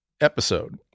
episode